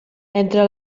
entre